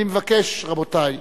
אני מבקש, רבותי,